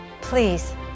Please